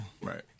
Right